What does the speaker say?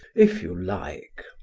if you like.